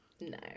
No